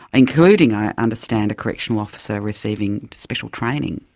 including, i understand, a correctional officer receiving special training.